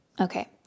Okay